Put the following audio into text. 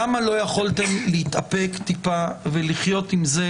למה לא יכולתם להתאפק טיפה ולחיות עם זה